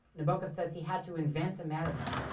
nabokov says he had to invent america.